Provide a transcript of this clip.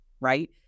right